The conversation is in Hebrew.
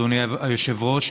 אדוני היושב-ראש.